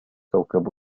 كوكب